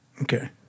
Okay